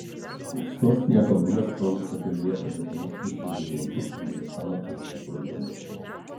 sostinėje kabule sprogus pakelėje padėtam užtaisui žuvo du afganistano prezidentūros darbuotojai